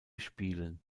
spielen